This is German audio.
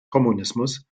kommunismus